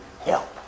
help